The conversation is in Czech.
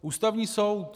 Ústavní soud.